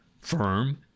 firm